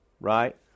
right